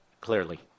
clearly